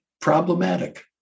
problematic